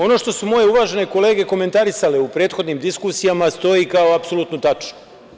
Ono što su moje uvažene kolege komentarisale u prethodnim diskusijama stoji kao apsolutno tačno.